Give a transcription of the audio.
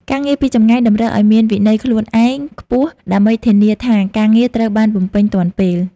ការងារពីចម្ងាយតម្រូវឱ្យមាន វិន័យខ្លួនឯង ខ្ពស់ ដើម្បីធានាថាការងារត្រូវបានបំពេញទាន់ពេល។